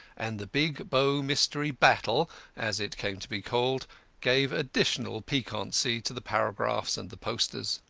and the big bow mystery battle as it came to be called gave additional piquancy to the paragraphs and the posters.